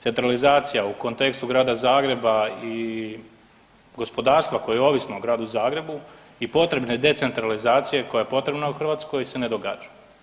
Centralizacija u kontekstu Grada Zagreba i gospodarstva koja je ovisno o Gradu Zagrebu i potrebne decentralizacije koja je potrebna u Hrvatskoj se ne događa.